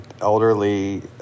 elderly